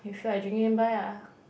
you feel like drinking then buy ah